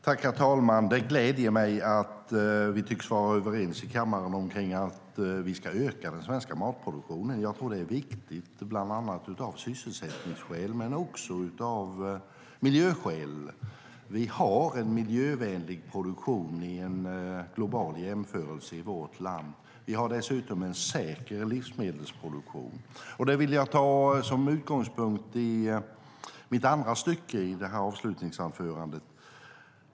Herr talman! Det gläder mig att vi tycks vara överens i kammaren om att vi ska öka den svenska matproduktionen. Det är viktigt av bland annat sysselsättningsskäl och av miljöskäl. Vi har i global jämförelse en miljövänlig produktion i vårt land. Vi har dessutom en säker livsmedelsproduktion. Detta tar jag som utgångspunkt för den andra delen av mitt avslutande anförande.